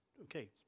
okay